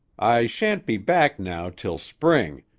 i shan't be back now till spring,